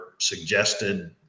suggested